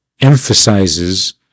emphasizes